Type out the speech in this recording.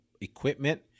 equipment